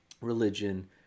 religion